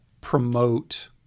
promote